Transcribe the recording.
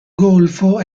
golfo